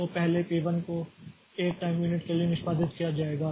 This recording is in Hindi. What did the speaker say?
तो पहले P 1 को 1 टाइम यूनिट के लिए निष्पादित किया जाएगा